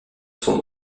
son